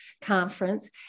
conference